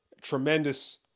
tremendous